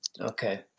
okay